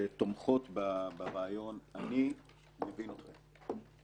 שתומכות ברעיון אני מבין אתכם.